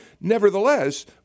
Nevertheless